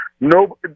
No